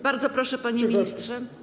Bardzo proszę, panie ministrze.